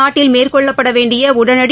நாட்டல் மேற்கொள்ளப்படவேண்டியஉடனடி